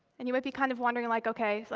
and you might be kind of wondering, like ok,